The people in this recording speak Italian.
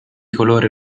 colore